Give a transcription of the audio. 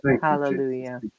hallelujah